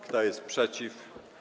Kto jest przeciw?